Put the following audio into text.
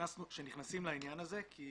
שנכנסים לעניין הזה, כי